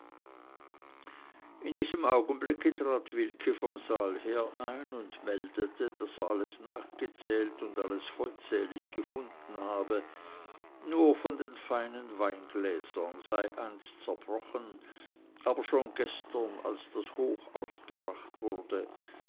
in diesem augenblick trat wilke vom saal her ein und meldete daß er alles nachgezählt und alles vollzählig gefunden habe nur von den feinen weingläsern sei eins zerbrochen aber schon gestern als das hoch ausgebracht wurde